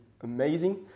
amazing